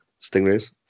stingrays